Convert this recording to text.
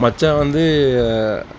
மச்சான் வந்து